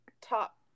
top